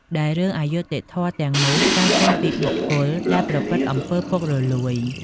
ដែលរឿងអយុត្ដិធម៌ទាំងនោះកើតចេញពីបុគ្គលដែលប្រព្រឹត្ដិអំពើរពុករលួយ។